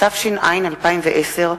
התש”ע 2010,